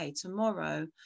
tomorrow